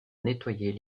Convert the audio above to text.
nettoyer